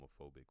homophobic